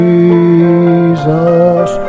Jesus